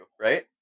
right